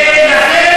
ולכן,